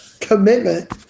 commitment